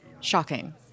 shocking